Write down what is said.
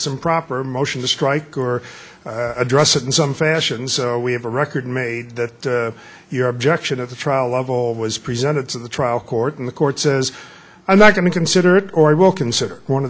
improper motion to strike or address it in some fashion so we have a record made that your objection of the trial level was presented to the trial court in the court says i'm not going to consider it or i will consider one of